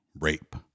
rape